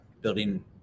building